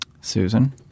Susan